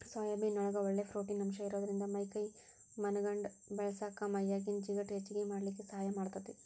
soybean ನೊಳಗ ಒಳ್ಳೆ protein ಅಂಶ ಇರೋದ್ರಿಂದ ಮೈ ಕೈ ಮನಗಂಡ ಬೇಳಸಾಕ ಮೈಯಾಗಿನ ಜಿಗಟ್ ಹೆಚ್ಚಗಿ ಮಾಡ್ಲಿಕ್ಕೆ ಸಹಾಯ ಮಾಡ್ತೆತಿ